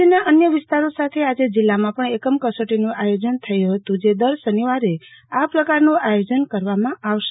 રાજ્યના અન્ય વિસ્તારો સાથે આજે જીલ્લામાં પણ એકમ કસોટીનું આયોજન થયું ફતું જે દર શનિવારે આ પ્રકારનું આયોજન કરવામાં આવશે